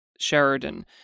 Sheridan